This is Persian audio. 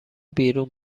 بیرون